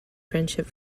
friendship